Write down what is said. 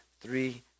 three